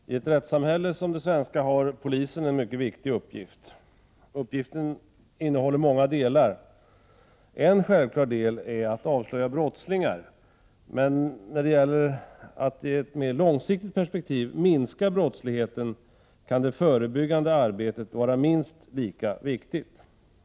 Herr talman! I ett rättssamhälle som det svenska har polisen en mycket viktig uppgift. Uppgiften innehåller många delar. En självklar del är att avslöja brottslingar, men när det gäller att i ett mer långsiktigt perspektiv minska brottsligheten kan det förebyggande arbetet vara minst lika viktigt.